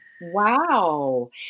Wow